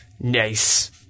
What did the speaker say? Nice